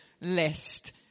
list